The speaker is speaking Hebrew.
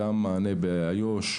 מענה באזור יהודה ושומרון,